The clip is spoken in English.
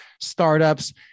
startups